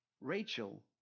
Rachel